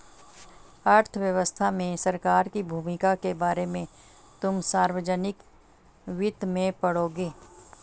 अर्थव्यवस्था में सरकार की भूमिका के बारे में तुम सार्वजनिक वित्त में पढ़ोगे